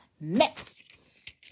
Next